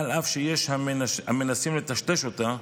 אף שיש המנסים לטשטש אותה,